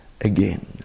again